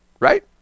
Right